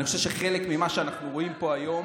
אני חושב שחלק ממה שאנחנו רואים פה היום